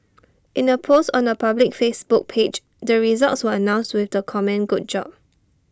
in A post on her public Facebook page the results were announced with the comment good job